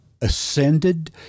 ascended